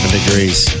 degrees